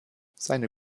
seine